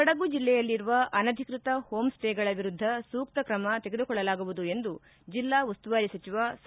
ಕೊಡಗು ಜಿಲ್ಲೆಯಲ್ಲಿರುವ ಅನಧಿಕೃತ ಹೋಂ ಸ್ಟೇಗಳ ವಿರುದ್ಧ ಸೂಕ್ತ ತ್ರಮ ತೆಗೆದುಕೊಳ್ಳಲಾಗುವುದು ಎಂದು ಜೆಲ್ಲಾ ಉಸ್ತುವಾರಿ ಸಚಿವ ಸಾ